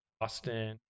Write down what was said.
austin